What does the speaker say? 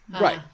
right